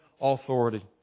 authority